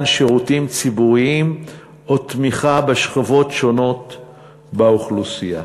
שירותים ציבוריים או תמיכה בשכבות שונות באוכלוסייה.